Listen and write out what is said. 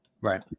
right